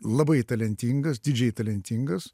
labai talentingas didžiai talentingas